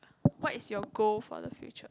what is your goal for the future